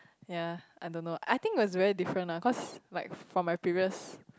ya I don't know I think was very different lah cause like from my previous